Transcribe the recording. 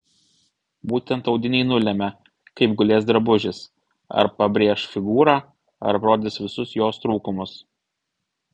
būtent audiniai nulemia kaip gulės drabužis ar pabrėš figūrą ar parodys visus jos trūkumus